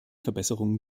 verbesserungen